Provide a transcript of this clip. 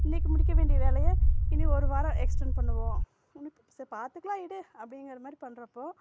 இன்றைக்கு முடிக்க வேண்டிய வேலையை இனி ஒரு வாரம் எக்ஸ்டெண்ட் பண்ணுவோம் சரி பார்த்துக்கலாம் விடு அப்படிங்கிற மாதிரி பண்ணுறப்போ